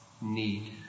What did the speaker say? need